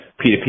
P2P